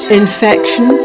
infection